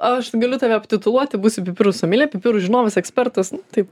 aš galiu tave aptituluoti būsi pipirų someljė pipirų žinovas ekspertas nu taip